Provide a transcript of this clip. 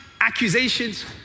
accusations